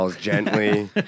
Gently